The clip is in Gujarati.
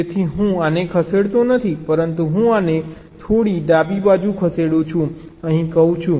તેથી હું આને ખસેડતો નથી પરંતુ હું આને થોડી ડાબી બાજુ ખસેડું છું અહીં કહું છું